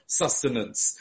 sustenance